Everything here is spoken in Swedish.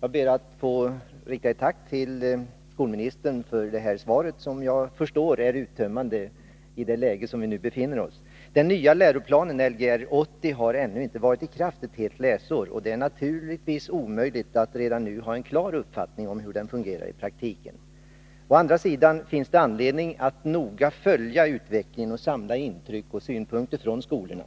Jag ber att få rikta ett tack till skolministern för svaret, som jag förstår är uttömmande i det läge som vi nu befinner oss i. Den nya läroplanen Lgr 80 har ännu inte varit i kraft ett helt läsår, och det är naturligtvis omöjligt att redan nu ha en klar uppfattning om hur den fungerar i praktiken. Å andra sidan finns det anledning att noga följa utvecklingen och samla intryck och synpunkter från skolorna.